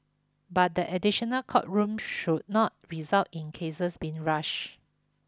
but the additional court room should not result in cases being rushed